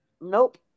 Nope